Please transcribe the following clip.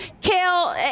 Kale